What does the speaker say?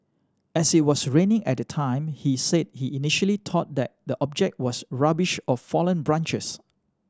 as it was raining at the time he said he initially thought that the object was rubbish or fallen branches